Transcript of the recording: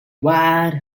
wide